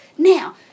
Now